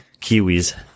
Kiwis